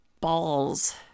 Balls